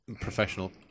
professional